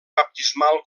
baptismal